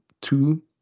two